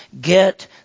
get